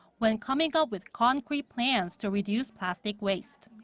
when coming up with concrete plans to reduce plastic waste.